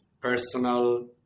personal